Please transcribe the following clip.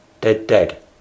dead-dead